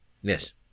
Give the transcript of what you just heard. Yes